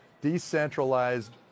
decentralized